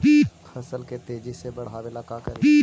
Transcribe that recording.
फसल के तेजी से बढ़ाबे ला का करि?